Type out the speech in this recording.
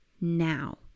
now